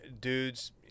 dudes